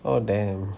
oh damn